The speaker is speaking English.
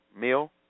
meal